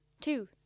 two